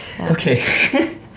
Okay